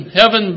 heaven